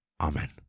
Amen